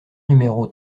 numéros